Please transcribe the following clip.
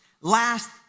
last